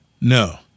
No